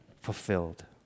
fulfilled